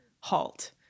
halt